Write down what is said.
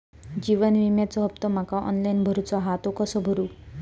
जीवन विम्याचो हफ्तो माका ऑनलाइन भरूचो हा तो कसो भरू?